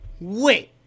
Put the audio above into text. Wait